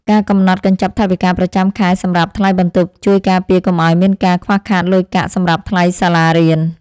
ការកំណត់កញ្ចប់ថវិកាប្រចាំខែសម្រាប់ថ្លៃបន្ទប់ជួយការពារកុំឱ្យមានការខ្វះខាតលុយកាក់សម្រាប់ថ្លៃសាលារៀន។